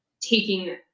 taking